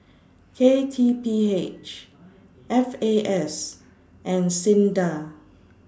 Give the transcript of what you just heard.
K T P H F A S and SINDA